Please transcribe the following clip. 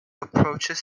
approaches